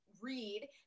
read